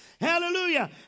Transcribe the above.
Hallelujah